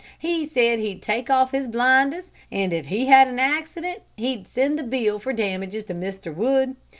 he said he'd take off his blinders, and if he had an accident, he'd send the bill for damages to mr. wood.